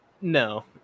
No